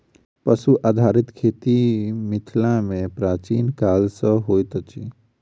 पशु आधारित खेती मिथिला मे प्राचीन काल सॅ होइत अछि